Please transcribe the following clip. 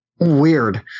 weird